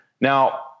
Now